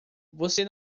você